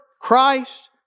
Christ